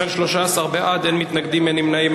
13 בעד, אין מתנגדים, אין נמנעים.